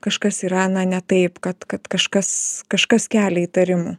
kažkas yra na ne taip kad kad kažkas kažkas kelia įtarimų